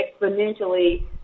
exponentially